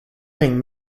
ling